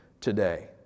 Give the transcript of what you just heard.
today